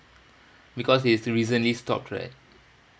because it's recently stopped right